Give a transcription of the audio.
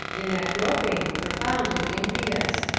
in that groping, profound and impious?